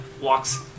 walks